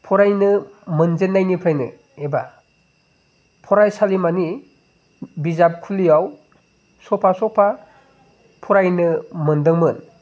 फरायनो मोनजेननायनिफ्रायनो एबा फरायसालिमानि बिजाबखुलियाव सफा सफा फरायनो मोन्दोंमोन